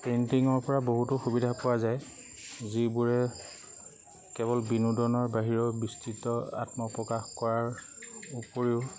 পেইণ্টিঙৰপৰা বহুতো সুবিধা পোৱা যায় যিবোৰে কেৱল বিনোদনৰ বাহিৰেও বিস্তৃত আত্মপ্ৰকাশ কৰাৰ উপৰিও